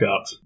up